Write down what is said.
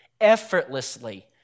Effortlessly